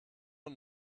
und